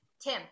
Tim